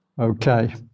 Okay